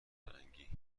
فرنگی